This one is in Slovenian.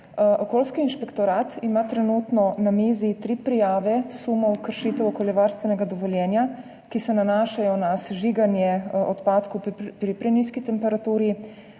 Okoljski inšpektorat ima trenutno na mizi tri prijave sumov kršitev okoljevarstvenega dovoljenja, ki se nanašajo na sežiganje odpadkov pri prenizki temperaturi,